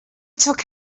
took